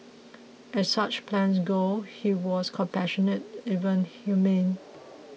as such plans go he was compassionate even humane